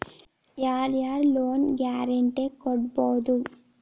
ಯಾರ್ ಯಾರ್ loan guarantee ಕೊಡ್ಬೊದು?